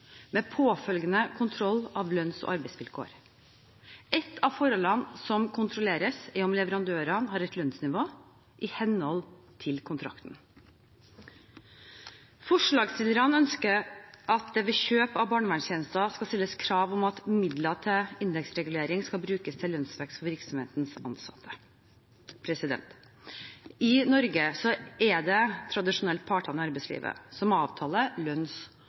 med påfølgende kontroll av lønns- og arbeidsvilkår. Ett av forholdene som kontrolleres, er om leverandøren har et lønnsnivå i henhold til kontrakten. Forslagsstillerne ønsker at det ved kjøp av barnevernstjenester skal stilles krav om at midler til indeksregulering skal brukes til lønnsvekst for virksomhetens ansatte. I Norge er det tradisjonelt partene i arbeidslivet som avtaler lønns-